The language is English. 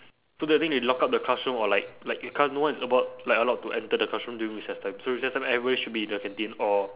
so the thing they lock up the classroom or like like you can't no one is allowed like allowed to enter the classroom during recess time so recess time everybody should be in the canteen or